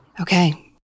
Okay